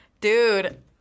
Dude